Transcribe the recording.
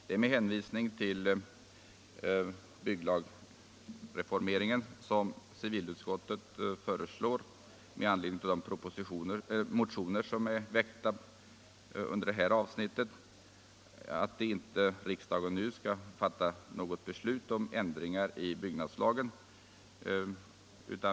Det är med hänvisning till bygglagreformeringen som civilutskottet, i anledning av de motioner som väckts inom detta avsnitt, föreslår att riksdagen inte nu skall fatta något beslut om ändringar i byggnadslagen.